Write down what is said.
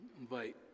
Invite